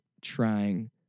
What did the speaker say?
trying